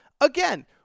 again